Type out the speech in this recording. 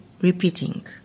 repeating